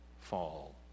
fall